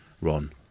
Ron